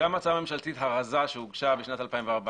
גם ההצעה הממשלתית הרזה שהוגשה בשנת 2014,